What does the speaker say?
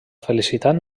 felicitat